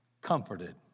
comforted